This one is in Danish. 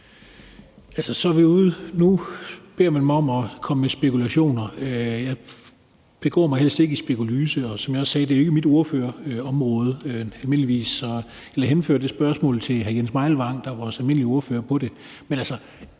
at bede mig om at komme med spekulationer. Jeg begår mig helst ikke i spekulyse, og som jeg også sagde, er det ikke mit ordførerområde. Almindeligvis henhører det spørgsmål under hr. Jens Meilvang, der er vores almindelige ordfører på det.